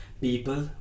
People